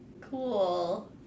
Cool